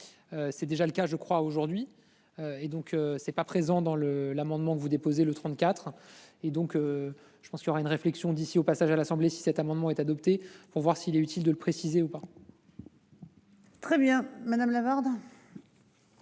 C'est déjà le cas je crois aujourd'hui. Et donc c'est pas présent dans le l'amendement que vous déposez le 34 et donc. Je pense qu'il aura une réflexion d'ici au passage à l'Assemblée. Si cet amendement est adopté pour voir s'il est utile de le préciser ou pas.-- Très bien, madame Lavarde.--